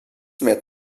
mehr